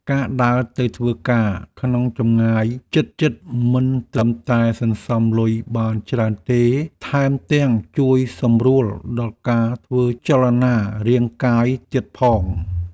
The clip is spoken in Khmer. ការដើរទៅធ្វើការក្នុងចម្ងាយជិតៗមិនត្រឹមតែសន្សំលុយបានច្រើនទេ ថែមទាំងជួយសម្រួលដល់ការធ្វើចលនារាងកាយទៀតផង។